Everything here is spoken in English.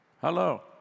Hello